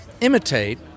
imitate